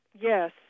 Yes